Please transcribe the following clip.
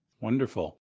Wonderful